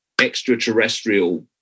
extraterrestrial